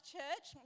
Church